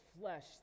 flesh